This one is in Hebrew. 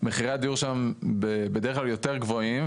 מחירי הדיור שם בדרך כלל יותר גבוהים,